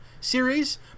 series